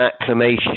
acclamation